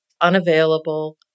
unavailable